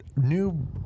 new